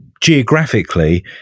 geographically